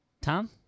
Tom